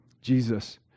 Jesus